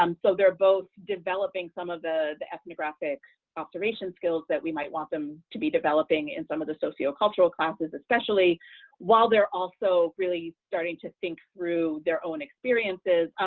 um so they're both developing some of the the ethnographic observation skills that we might want them to be developing in some of the socio-cultural classes, especially while they're also really starting to think through their own experiences,